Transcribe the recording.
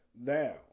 Now